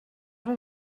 did